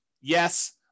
Yes